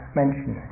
mention